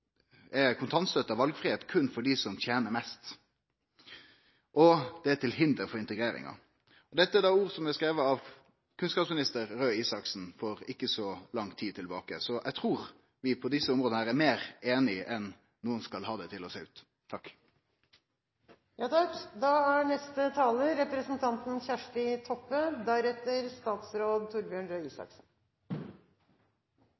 «Dagens kontantstøtte gir i realiteten bare valgfrihet for de som tjener mest.» Han seier også at ho er til hinder for integreringa. Dette er ord som er skrivne av kunnskapsminister Røe Isaksen for ikkje så lang tid tilbake. Eg trur vi på desse områda er meir einige enn nokon vil ha det til å sjå ut. Eg registrerte at statsråd